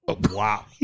Wow